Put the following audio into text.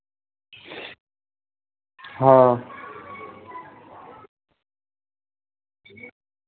हाँ